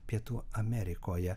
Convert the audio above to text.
pietų amerikoje